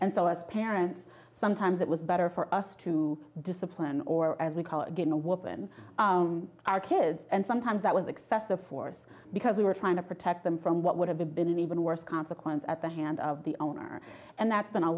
and so as parents sometimes it was better for us to discipline or as we call it in a weapon our kids and sometimes that was excessive force because we were trying to protect them from what would have been an even worse consequence at the hand of the owner and that's been